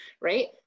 right